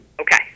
Okay